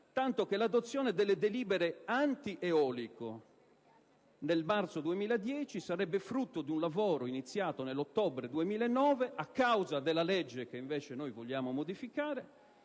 tanto che l'adozione delle delibere antieolico nel marzo 2010 sarebbe frutto di un lavoro iniziato nell'ottobre 2009 a causa della legge che noi vogliamo modificare.